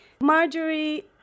Marjorie